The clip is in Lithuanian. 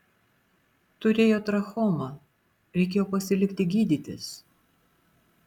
turėjo trachomą reikėjo pasilikti gydytis